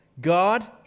God